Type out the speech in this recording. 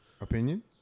Opinion